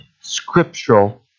scriptural